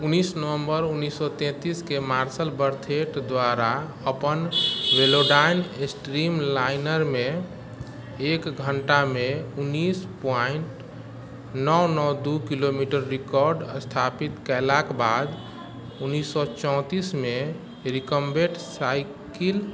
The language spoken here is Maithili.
उन्नैस नवंबर उनीस सौ तैंतीस के मार्सल बर्थेट द्वारा अपन वेलोडाइन स्ट्रीमलाइनरमे एक घण्टामे उन्नैस पॉइंट नओ नओ दू किलोमीटर रिकॉर्ड स्थापित कयलाक बाद उन्नैस सए चौंतीसमे रिकम्बेंट साइकिल